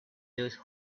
those